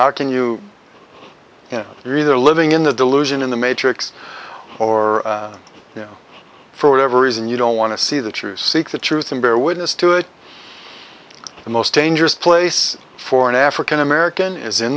how can you really are living in the delusion in the matrix or you know for whatever reason you don't want to see the truth seek the truth and bear witness to it the most dangerous place for an african american is in